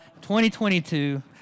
2022